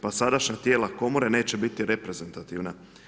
Pa sadašnja tijela komore neće biti reprezentativna.